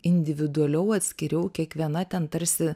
individualiau atskiriau kiekviena ten tarsi